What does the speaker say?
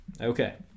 Okay